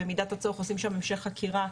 במידת הצורך עושים שם המשך חקירה,